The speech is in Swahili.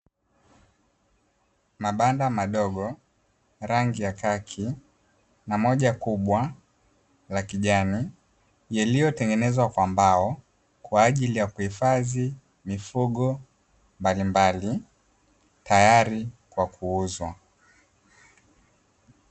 Mabanda madogo ya rangi ya kaki na moja kubwa la kijani yaliyotengenezwa kwa mbao, kwa ajili ya kuhifadhi mifugo mbalimbali tayari kwa kuuzwa.